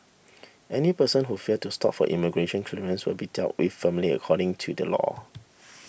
any person who fails to stop for immigration clearance will be dealt with firmly according to the law